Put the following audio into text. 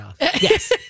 yes